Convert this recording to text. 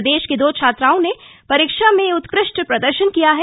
प्रदेश की दो छात्राओं ने परीक्षा में उत्कृष्ट प्रदर्शन किया है